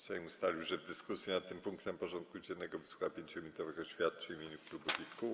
Sejm ustalił, że w dyskusji nad tym punktem porządku dziennego wysłucha 5-minutowych oświadczeń w imieniu klubów i kół.